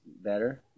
better